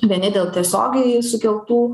vieni dėl tiesiogiai sukeltų